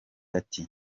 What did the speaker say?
ati